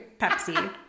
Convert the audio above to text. Pepsi